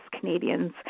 Canadians